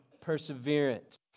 perseverance